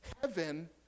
heaven